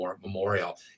memorial